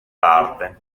parte